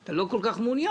אתה לא כל כך מעוניין,